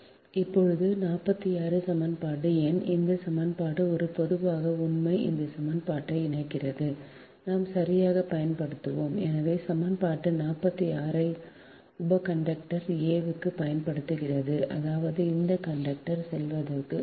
இப்போது இந்த 46 சமன்பாடு எண் இந்த சமன்பாடு இது பொதுவான உண்மை இந்த சமன்பாட்டை இணைக்கிறது நாம் சரியாகப் பயன்படுத்துவோம் எனவே சமன்பாடு 46 ஐ உப கண்டக்டர் a க்குப் பயன்படுத்துகிறது அதாவது இந்த கண்டக்டர் சொல்வதற்கு